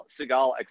Segal